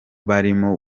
barimo